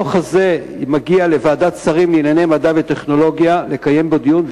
הדוח הזה מגיע לוועדת שרים לענייני מדע וטכנולוגיה לקיים בו דיון,